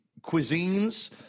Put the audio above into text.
cuisines